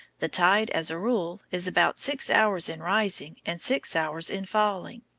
the tide, as a rule, is about six hours in rising and six hours in falling.